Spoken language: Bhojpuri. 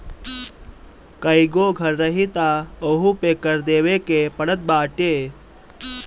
कईगो घर रही तअ ओहू पे कर देवे के पड़त बाटे